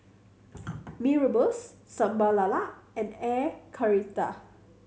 Mee Rebus Sambal Lala and Air Karthira